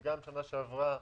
גם בשנה שעברה